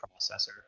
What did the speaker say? processor